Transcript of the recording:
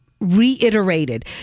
reiterated